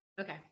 Okay